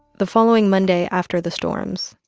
the following monday after the storms,